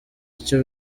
icyo